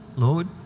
Lord